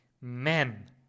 men